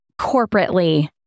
corporately